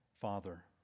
Father